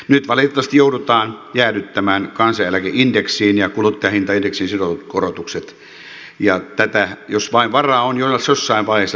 nyt valitettavasti joudutaan jäädyttämään kansaneläkeindeksiin ja kuluttajahintaindeksiin sidotut korotukset ja tätä jos vain varaa on jossain vaiheessa pitäisi korjata